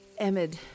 Emid